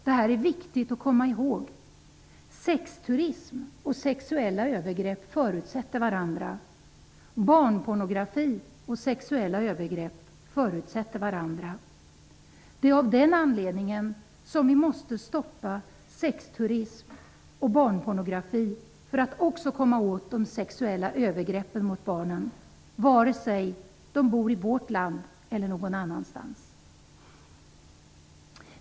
Det här är viktigt att komma ihåg: sexturism och sexuella övergrepp förutsätter varandra, barnpornografi och sexuella övergrepp förutsätter varandra. Det är av den anledningen som vi måste stoppa sexturism och barnpornografi för att också komma åt de sexuella övergreppen mot barnen, vare sig de bor i vårt land eller någon annanstans.